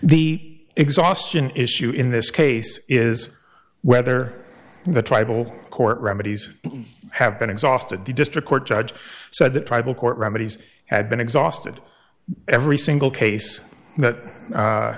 the exhaustion issue in this case is whether the tribal court remedies have been exhausted the district court judge said that tribal court remedies have been exhausted every single case that